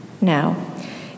Now